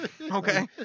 okay